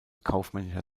kaufmännischer